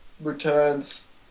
Returns